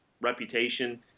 reputation